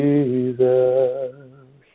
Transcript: Jesus